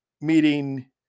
meeting